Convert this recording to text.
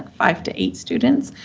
five to eight students,